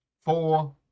Four